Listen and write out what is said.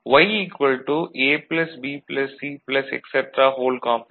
B Y ABCA